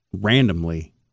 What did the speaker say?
randomly